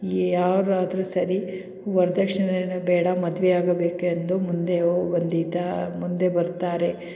ಈ ಯಾರಾದ್ರೂ ಸರಿ ವರ್ದಕ್ಷ್ಣೆಯೇ ಬೇಡ ಮದುವೆಯಾಗಬೇಕೆಂದು ಮುಂದೆ ಹೊ ಬಂದಿದ್ದ ಮುಂದೆ ಬರ್ತಾರೆ